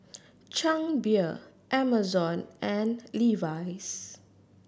Chang Beer Amazon and Levi's